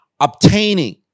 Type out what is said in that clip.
obtaining